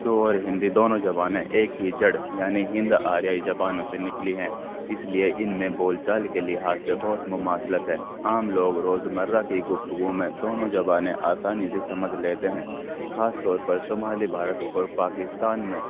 دو اور ہندی دونوں زبانیں ایک ہی جڑ یعنی ہند آریای زبانوں سے نکلی ہیں اس لیے ان میں بول چال کے لحاظ سے بہت مماصلت ہے عام لوگ روزمرہ کی گفتگو میں دونوں زبانیں آسانی سے سمجھ لیتے ہیں خاص طور پر شمالی بھارت اور پاکستان میں